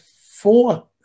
four